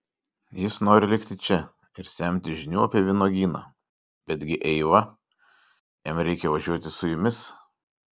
jis nori likti čia ir semtis žinių apie vynuogyną betgi eiva jam reikia važiuoti su jumis